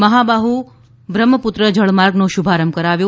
મહાબાહુ બ્રહ્મપુત્ર જલમાર્ગનો શુભારંભ કરાવ્યો